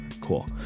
cool